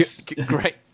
Great